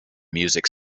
music